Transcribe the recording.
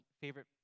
favorite